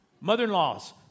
Mother-in-laws